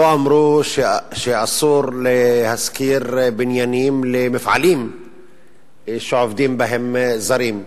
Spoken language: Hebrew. לא אמרו שאסור להשכיר בניינים למפעלים שעובדים בהם זרים,